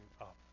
up